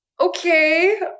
okay